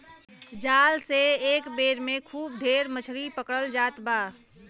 जाल से एक बेर में खूब ढेर मछरी पकड़ल जात बा